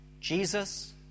Jesus